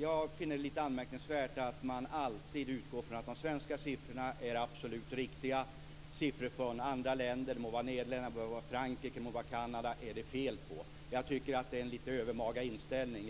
jag finner det lite anmärkningsvärt att man alltid utgår ifrån att de svenska siffrorna är absolut riktiga. Siffror från andra länder, det må vara Nederländerna, Frankrike eller Kanada, är det fel på. Jag tycker att det är en lite övermaga inställning.